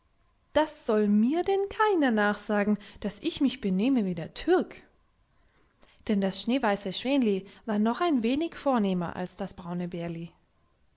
das soll mir denn keiner nachsagen daß ich mich benehme wie der türk denn das schneeweiße schwänli war noch ein wenig vornehmer als das braune bärli